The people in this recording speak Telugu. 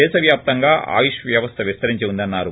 దేశ వ్యాప్తంగా ఆయుష్ వ్యవస్థ విస్తరించి ఉందన్నారు